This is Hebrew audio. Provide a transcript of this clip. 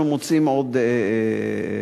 אנחנו מוצאים עוד בעיות.